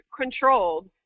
controlled